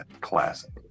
classic